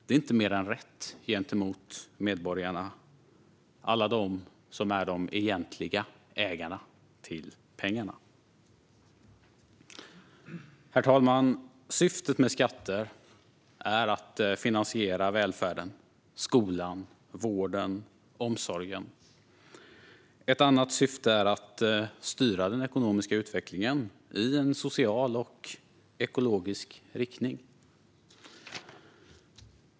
Det är inte mer än rätt gentemot medborgarna, som är de egentliga ägarna till pengarna. Herr talman! Syftet med skatter är att finansiera välfärden: skolan, vården och omsorgen. Ett annat syfte är att styra den ekonomiska utvecklingen i en social och ekologisk riktning.